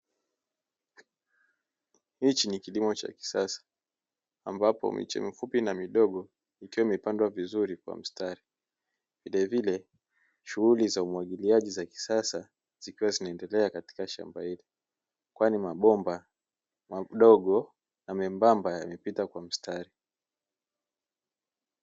Hichi ni kilimo cha kisasa ambapo miche mifupi na midogo ikiwa imepandwa vizuri kwa mstari vile vile shughuli za umwagiliaji za kisasa zikiwa zinaendelea katika shamba hili kwani mabomba madogo na membamba yamepita kwa mstari.